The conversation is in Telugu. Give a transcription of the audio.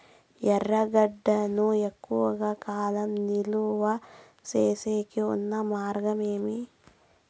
ఎర్రగడ్డ ను ఎక్కువగా కాలం నిలువ సేసేకి ఉన్న మార్గం ఏమి?